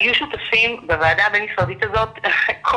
היו שותפים בוועדה הבין-משרדית הזאת כל